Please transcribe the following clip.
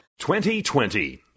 2020